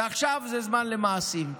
ועכשיו זה זמן למעשים.